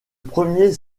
premier